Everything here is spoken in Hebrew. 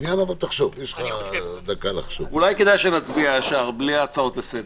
אולי כדאי שנצביע ישר, בלי ההצעות לסדר.